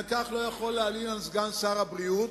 על כך אני לא יכול להלין על סגן שר הבריאות,